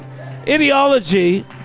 ideology